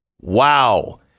Wow